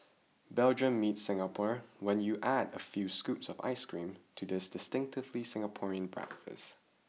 Belgium meets Singapore when you add a few scoops of ice cream to this distinctively Singaporean breakfast